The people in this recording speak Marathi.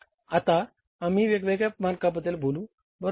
आता आम्ही वेगवेगळ्या मानकांबद्दल बोलू बरोबर